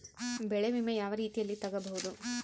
ಬೆಳೆ ವಿಮೆ ಯಾವ ರೇತಿಯಲ್ಲಿ ತಗಬಹುದು?